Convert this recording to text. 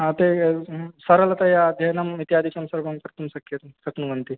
हा ते सरलतया अध्ययनम् इत्यादिकं सर्वं कर्तुं शक्यते शक्नुवन्ति